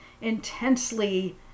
intensely